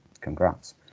Congrats